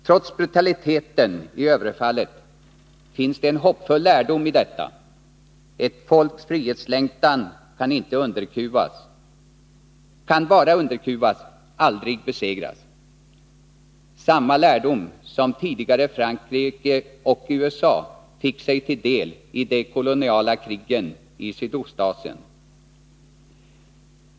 Trots brutaliteten i överfallet finns det en hoppfull lärdom i detta: Ett folks frihetslängtan kan bara underkuvas, aldrig besegras — samma lärdom som tidigare Frankrike och USA fick sig till deli de koloniala krigen i Sydostasien.